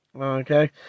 Okay